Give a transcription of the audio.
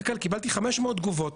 קיבלתי 500 תגובות.